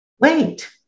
Wait